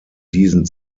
diesen